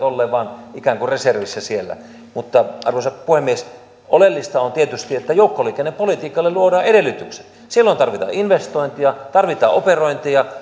olleen vain ikään kuin reservissä siellä mutta arvoisa puhemies oleellista on tietysti että joukkoliikennepolitiikalle luodaan edellytykset silloin tarvitaan investointeja tarvitaan operointeja